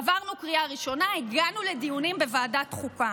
עברנו קריאה ראשונה, הגענו לדיונים בוועדת החוקה.